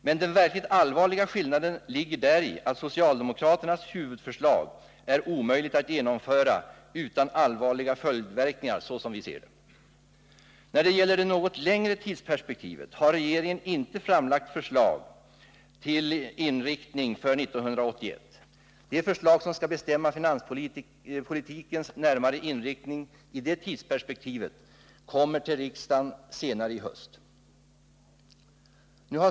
Men den verkligt allvarliga skillnaden ligger däri att socialdemokraternas huvudförslag, som vi ser det, är omöjligt att genomföra utan allvarliga följdverkningar. När det gäller det något längre tidsperspektivet har regeringen inte framlagt förslag till finanspolitisk inriktning för 1981. De förslag som skall bestämma finanspolitikens närmare inriktning i det tidsperspektivet kommer till riksdagen senare i höst.